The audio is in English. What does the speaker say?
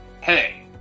hey